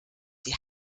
die